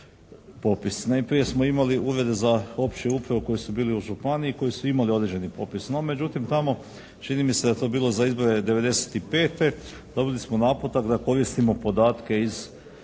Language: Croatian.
Najprije smo imali urede za opću upravu koje su bile u županiji, koje su imali određeni popis. No, međutim tamo čini mi se da je to bilo za izbore '95. dobili smo naputak da koristimo podatke iz